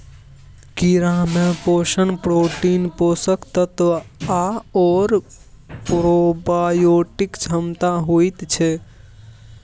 कीड़ामे पोषण प्रोटीन, पोषक तत्व आओर प्रोबायोटिक क्षमता होइत छै